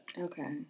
Okay